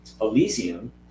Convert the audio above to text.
Elysium